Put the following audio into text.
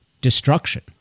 destruction—